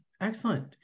Excellent